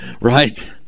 right